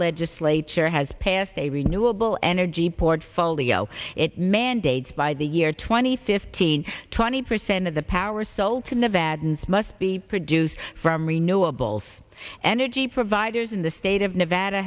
legislature has passed a renewable energy portfolio it mandates by the year twenty fifteen twenty percent of the power sold to nevadans must be produced from renewables energy providers in the state of nevada